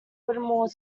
whittemore